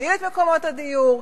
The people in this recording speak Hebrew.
להגדיל את מקומות הדיור.